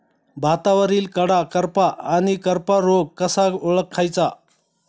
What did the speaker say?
भातावरील कडा करपा आणि करपा रोग कसा ओळखायचा?